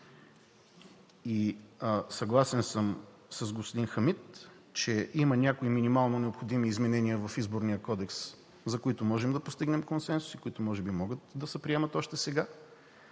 Съгласен съм с господин Хамид, че има някои минимално необходими изменения в Изборния кодекс, за които можем да постигнем консенсус и които може би могат да се приемат още сега,